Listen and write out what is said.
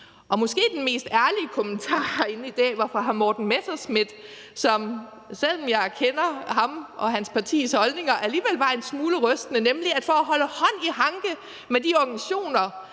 Måske var den mest ærlige kommentar herinde i dag fra hr. Morten Messerschmidt, som, selv om jeg kender ham og hans partis holdninger, alligevel var en smule rystende. Han sagde nemlig, at man for at have hånd i hanke med de organisationer,